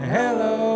hello